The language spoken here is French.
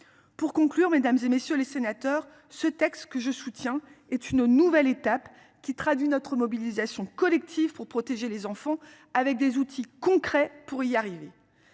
Pour conclure Mesdames et messieurs les sénateurs, ce texte que je soutiens, est une nouvelle étape qui traduit notre mobilisation collective, pour protéger les enfants, avec des outils concrets pour y arriver.